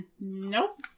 Nope